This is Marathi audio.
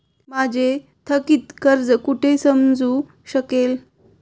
माझे थकीत कर्ज कुठे समजू शकेल?